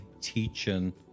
teaching